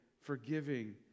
forgiving